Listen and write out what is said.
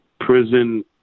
prison